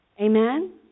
Amen